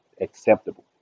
acceptable